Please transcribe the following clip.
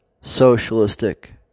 socialistic